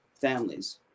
families